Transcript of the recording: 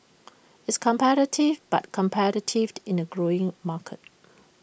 it's competitive but competitive in A growing market